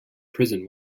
prison